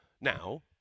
Now